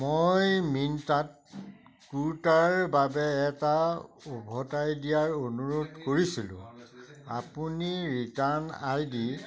মই মিন্ত্ৰাত কুৰ্তাৰ বাবে এটা উভতাই দিয়াৰ অনুৰোধ কৰিছিলোঁ আপুনি ৰিটাৰ্ণ আই ডি